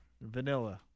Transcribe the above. vanilla